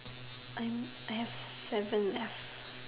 I am I have seven left